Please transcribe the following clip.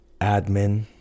admin